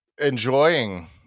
enjoying